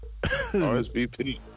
RSVP